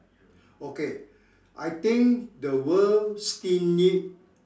okay I think the world still need